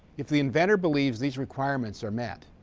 if the inventor believes these requirements are met,